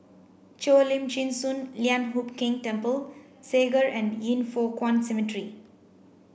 Cheo Lim Chin Sun Lian Hup Keng Temple Segar and Yin Foh Kuan Cemetery